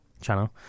channel